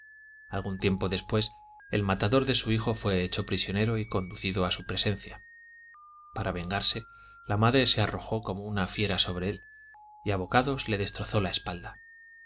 algún tiempo después el matador de su hijo fué hecho prisionero y conducido a su presencia para vengarse la madre se arrojó como una fíe'ra sobre él y a bocados le destrozó la espalda